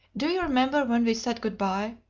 do you remember when we said good-by?